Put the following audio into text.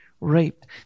raped